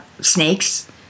snakes